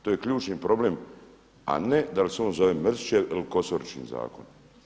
To je ključni problem a ne da li se on zove Mrsićev ili Kosoričin zakon.